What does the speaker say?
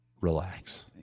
Relax